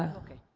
um okay.